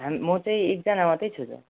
हामी म चाहिँ एकजना मात्र छु त